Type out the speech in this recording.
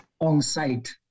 on-site